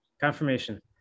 confirmation